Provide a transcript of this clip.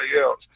else